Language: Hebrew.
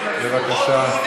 בבקשה.